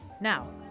Now